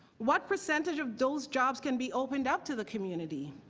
what percentage of those jobs can be opened up to the community?